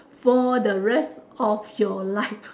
for the rest of your life